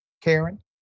Karen